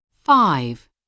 Five